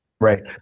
Right